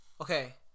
Okay